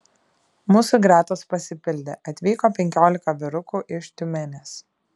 mūsų gretos pasipildė atvyko penkiolika vyrukų iš tiumenės